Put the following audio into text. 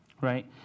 right